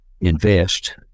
invest